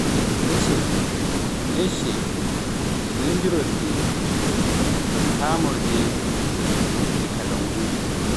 usur, gacce, winnditorde, tammborde, e kalangu